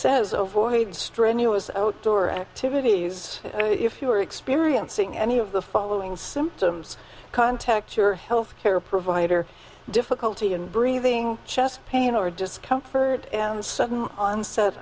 says ovoid strenuous outdoor activities if you are experiencing any of the following symptoms contact your health care provider difficulty in breathing chest pain or discomfort and sudden onset